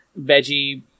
veggie